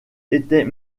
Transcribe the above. était